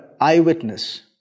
eyewitness